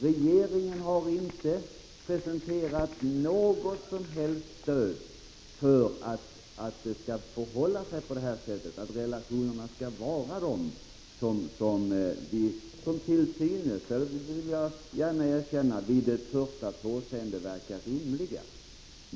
Regeringen har inte presenterat något som helst stöd för att relationerna skall vara de föreslagna, även om de — det vill jag gärna erkänna — vid ett första påseende verkar rimliga.